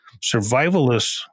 Survivalists